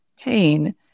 pain